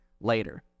later